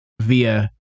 via